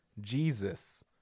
Jesus